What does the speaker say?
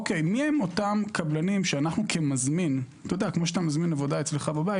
מי הם אותם קבלנים שאנחנו כמזמין כפי שאתה מזמין עבודה אצלך בבית